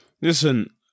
Listen